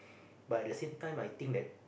but at the same time I think that